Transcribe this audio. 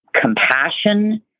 compassion